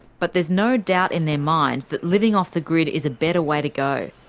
but there's no doubt in their mind that living off the grid is a better way to go,